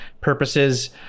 purposes